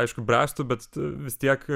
aišku bręstų bet vis tiek